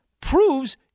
proves